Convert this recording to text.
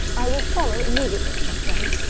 i will follow immediately, my friend,